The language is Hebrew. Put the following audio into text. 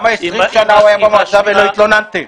20 שנים הוא היה במועצה ולא התלוננתם?